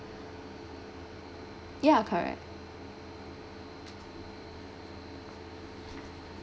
ya correct